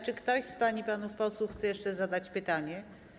Czy ktoś z pań i panów posłów chce jeszcze zadać pytanie?